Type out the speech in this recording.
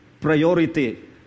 priority